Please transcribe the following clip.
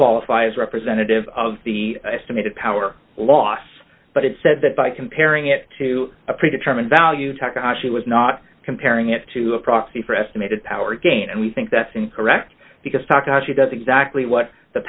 qualify as representative of the estimated power loss but it said that by comparing it to a pre determined value takashi was not comparing it to a proxy for estimated power gain and we think that's incorrect because takashi does exactly what the